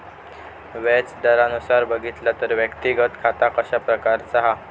व्याज दरानुसार बघितला तर व्यक्तिगत खाता कशा प्रकारचा हा?